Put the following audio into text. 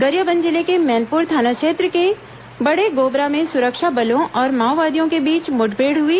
गरियाबंद जिले के मैनपुर थाना क्षेत्र के बड़ेगोबरा में सुरक्षा बलों और माओवादियों के बीच मुठभेड़ हई